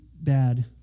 bad